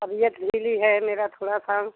अभी यह तो मिला है मेरा थोड़ा काम